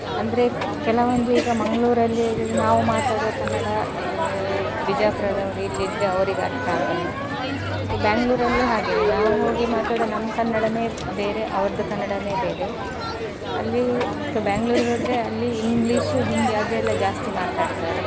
ಅಂದರೆ ಕೆಲವೊಂದು ಈಗ ಮಂಗಳೂರಲ್ಲಿ ಆಗಿದ್ದರೆ ನಾವು ಮಾತಾಡುವ ಕನ್ನಡ ಬಿಜಾಪುರದವರು ಇಲ್ಲಿದ್ದರೆ ಅವ್ರಿಗರ್ಥ ಆಗೋಲ್ಲ ಮತ್ತು ಬೆಂಗ್ಳೂರಲ್ಲೂ ಹಾಗೆಯೇ ನಾವು ಹೋಗಿ ಮಾತಾಡೋ ನಮ್ಮ ಕನ್ನಡವೇ ಬೇರೆ ಅವ್ರದ್ದು ಕನ್ನಡನೇ ಬೇರೆ ಅಲ್ಲಿ ಬ್ಯಾಂಗ್ಳೂರ್ಗೋದರೆ ಅಲ್ಲಿ ಇಂಗ್ಲೀಷ ಹಿಂದಿ ಅದೆಲ್ಲ ಜಾಸ್ತಿ ಮಾತಾಡ್ತಾರೆ